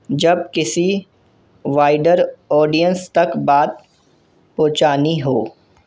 جب کسی wider audience تک بات پہنچانی ہو